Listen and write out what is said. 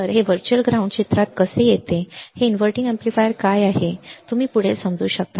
तर हे virtual ground चित्रात कसे येते हे इनव्हर्टींग अॅम्प्लीफायर काय आहे हे तुम्ही पुढे समजू शकता